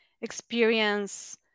experience